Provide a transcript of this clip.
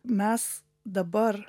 mes dabar